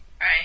Right